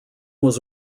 was